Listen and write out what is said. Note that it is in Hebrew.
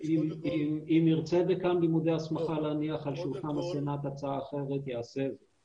אם ירצה דיקן לימודי ההסמכה להניח על שולחן הסנאט הצעה אחרת יעשה את זה,